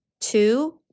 Two